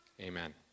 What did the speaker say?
amen